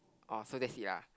orh so that's it ah